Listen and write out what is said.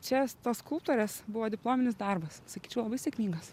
čia tos skulptorės buvo diplominis darbas sakyčiau labai sėkmingas